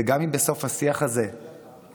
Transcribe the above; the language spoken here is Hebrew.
וגם אם בסוף השיח הזה "נפסיד",